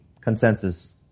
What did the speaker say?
consensus